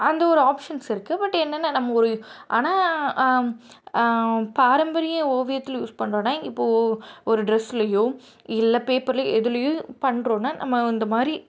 அந்த ஒரு ஆப்ஷன்ஸ் இருக்குது பட் என்னென்ன நம்ம ஒரு ஆனால் பாரம்பரிய ஓவியத்தில் யூஸ் பண்ணுறோன்னா இப்போ ஒரு ட்ரெஸ்லையோ இல்லை பேப்பர்லையோ எதிலையோ பண்ணுறோன்னா நம்ம அந்தமாதிரி